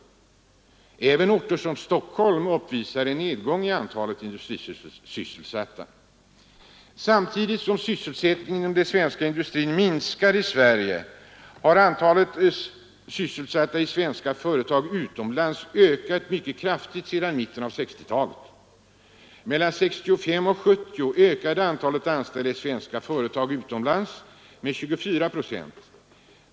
Även orter som Stockholm uppvisar en nedgång i antalet industrisysselsatta. Samtidigt som sysselsättningen inom industrin minskar i Sverige har antalet sysselsatta i svenska företag utomlands ökat mycket kraftigt sedan mitten av 1960-talet. Mellan 1965 och 1970 ökade antalet anställda i svenska företag utomlands med 24 procent.